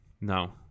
No